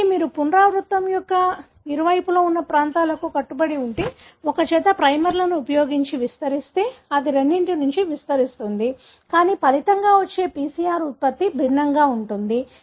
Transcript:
కాబట్టి మీరు పునరావృతం యొక్క ఇరువైపులా ఉన్న ప్రాంతాలకు కట్టుబడి ఉండే ఒక జత ప్రైమర్లను ఉపయోగించి విస్తరిస్తే అది రెండింటి నుండి విస్తరిస్తుంది కానీ ఫలితంగా వచ్చే PCR ఉత్పత్తి భిన్నంగా ఉంటుంది